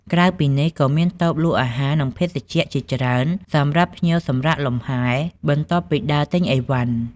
ក្រៅពីនេះ ក៏មានតូបលក់អាហារ និងភេសជ្ជៈជាច្រើនសម្រាប់ភ្ញៀវសម្រាកលម្ហែ បន្ទាប់ពីដើរទិញអីវ៉ាន់។